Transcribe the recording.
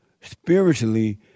spiritually